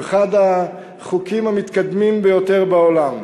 הוא אחד החוקים המתקדמים ביותר בעולם.